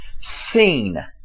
seen